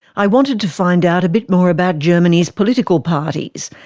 i wanted to find out a bit more about germany's political parties.